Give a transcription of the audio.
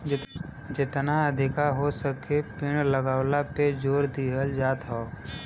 जेतना अधिका हो सके पेड़ लगावला पे जोर दिहल जात हौ